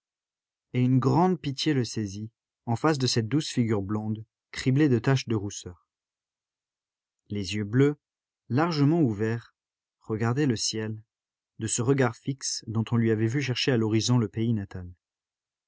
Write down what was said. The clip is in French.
et une grande pitié le saisit en face de cette douce figure blonde criblée de taches de rousseur les yeux bleus largement ouverts regardaient le ciel de ce regard fixe dont il lui avait vu chercher à l'horizon le pays natal